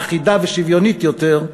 אחידה ושוויונית יותר,